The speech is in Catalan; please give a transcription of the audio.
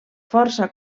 força